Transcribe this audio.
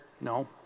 No